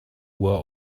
were